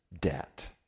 debt